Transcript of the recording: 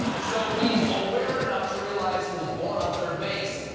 so he's aware enough to realize he was born on third base,